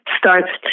starts